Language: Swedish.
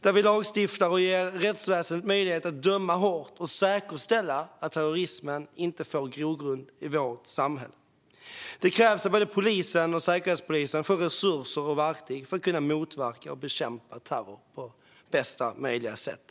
Vi ska lagstifta och ge rättsväsendet möjlighet att döma hårt och säkerställa att terrorismen inte får grogrund i vårt samhälle. Det krävs att både polisen och Säkerhetspolisen får resurser och verktyg för att kunna motverka och bekämpa terror på bästa möjliga sätt.